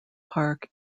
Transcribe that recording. park